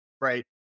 right